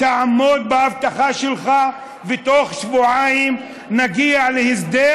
תעמוד בהבטחה שלך ובתוך שבועיים נגיע להסדר,